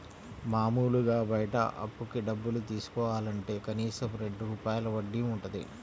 మాములుగా బయట అప్పుకి డబ్బులు తీసుకోవాలంటే కనీసం రెండు రూపాయల వడ్డీ వుంటది